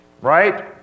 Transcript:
right